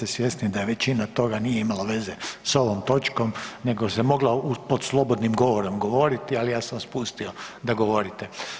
Vi ste svjesni da većina toga nije imala veze s ovom točkom nego se mogla pod slobodnim govorom govoriti, ali ja sam vas pustio da govorite.